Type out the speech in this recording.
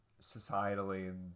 societally